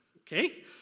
okay